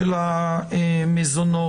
המזונות?